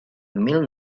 mil